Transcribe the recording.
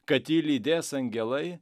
kad jį lydės angelai